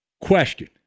Question